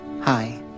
Hi